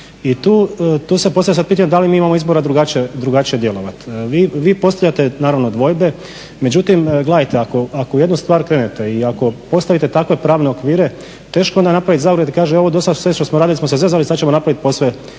I tu se postavlja pitanje da li mi imamo izbora drugačije djelovati. Vi postavljate naravno dvojbe, međutim gledajte ako jednu stvar krenete i ako postavite takve pravne okvire, teško je onda napraviti zaokret jer kaže ovo sve do sada što smo radili smo se zezali sada ćemo napraviti posve